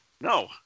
No